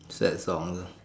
sad songs ah